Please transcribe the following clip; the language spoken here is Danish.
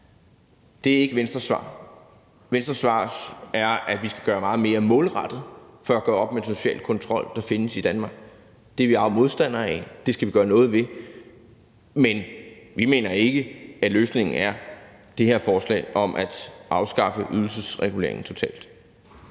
Det er ikke Venstres svar. Venstres svar er, at vi skal gøre noget meget mere målrettet for at gøre op med den sociale kontrol, der findes i Danmark. Den er vi arge modstandere af. Den skal vi gøre noget ved, men vi mener ikke, at løsningen er det her forslag om at afskaffe ydelsesreguleringen totalt.